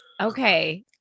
okay